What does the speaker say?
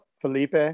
Felipe